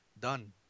Done